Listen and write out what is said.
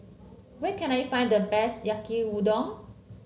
where can I find the best Yaki Udon